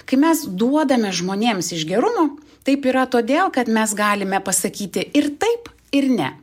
kai mes duodame žmonėms iš gerumo taip yra todėl kad mes galime pasakyti ir taip ir ne